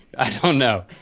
i don't know.